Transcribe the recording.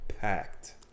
packed